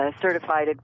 certified